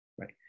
right